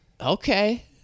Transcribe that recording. Okay